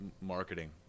marketing